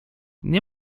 nie